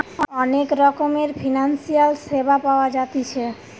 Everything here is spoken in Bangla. অনেক রকমের ফিনান্সিয়াল সেবা পাওয়া জাতিছে